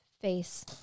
face